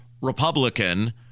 Republican